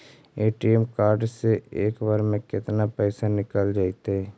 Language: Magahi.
ए.टी.एम कार्ड से एक बार में केतना पैसा निकल जइतै?